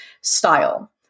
style